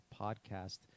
podcast